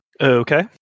Okay